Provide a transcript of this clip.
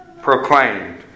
proclaimed